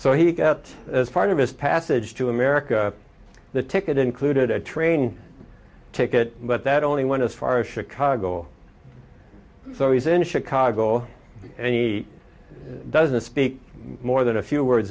so he kept as part of his passage to america the ticket included a train ticket but that only one as far as chicago so he's en chicago any doesn't speak more than a few words